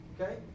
Okay